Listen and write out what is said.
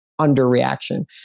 underreaction